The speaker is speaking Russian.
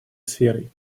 сферой